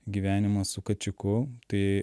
gyvenimas su kačiuku tai